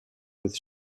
with